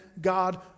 God